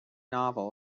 novel